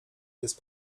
jest